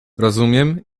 rozumiem